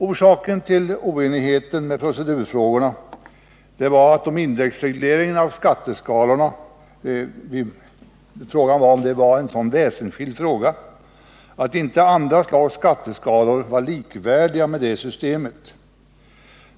Orsaken till oenigheten när det gällde proceduren var om frågan om indexreglering av skatteskalorna var så väsensskild att inte andra slags skatteskalor var likvärdiga med det systemet.